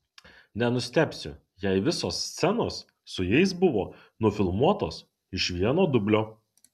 nenustebsiu jei visos scenos su jais buvo nufilmuotos iš vieno dublio